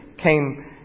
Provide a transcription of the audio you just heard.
came